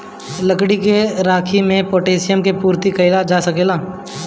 लकड़ी के राखी से पोटैशियम के पूर्ति कइल जा सकेला